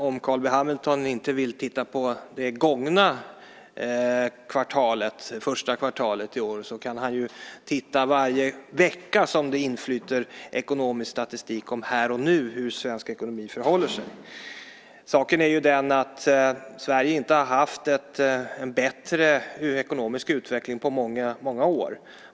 Om Carl B Hamilton inte vill titta på det gångna kvartalet, första kvartalet i år, så kan han ju titta varje vecka som det inflyter ekonomisk statistik om här och nu, det vill säga hur det förhåller sig med svensk ekonomi. Saken är ju den att Sverige inte har haft en bättre ekonomisk utveckling på många år.